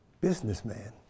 businessman